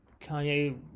Kanye